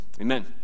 Amen